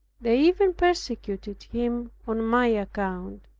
they even persecuted him on my account.